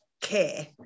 care